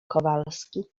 kowalski